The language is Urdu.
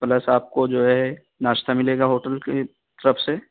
پلس آپ کو جو ہے ناشتہ ملے گا ہوٹل کی طرف سے